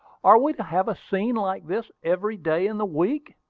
are we to have a scene like this every day in the week?